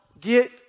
get